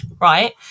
Right